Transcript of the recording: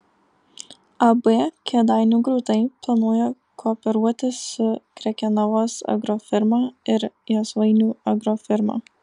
ab kėdainių grūdai planuoja kooperuotis su krekenavos agrofirma ir josvainių agrofirma